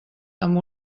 amb